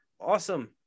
awesome